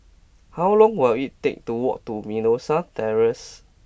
how long will it take to walk to Mimosa Terrace